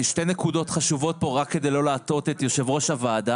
רק שתי נקודות חשובות שצריך להביא כדי לא להטעות את יושב-ראש הוועדה.